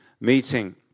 meeting